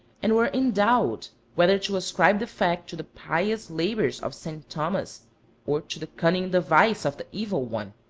and were in doubt whether to ascribe the fact to the pious labors of st. thomas or to the cunning device of the evil one.